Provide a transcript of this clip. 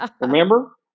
Remember